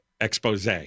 expose